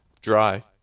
dry